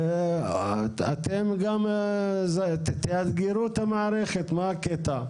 אתם גם תאתגרו את המערכת, מה הקטע?